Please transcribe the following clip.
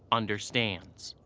understands.